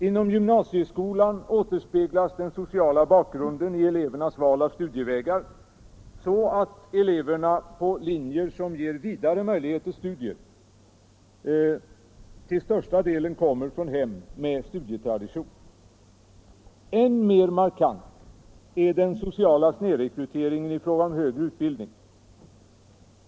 Inom gymnasieskolan återspeglas den sociala bakgrunden i elevernas val av studievägar, så att eleverna på linjer som ger vidare möjlighet till studier till största delen kommer från hem med studietradition. Än mer markant är den sociala snedrekryteringen i fråga om den högre utbildningen.